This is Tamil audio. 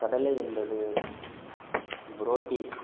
கடலை என்பது புரோட்டின்